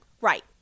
Right